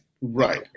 Right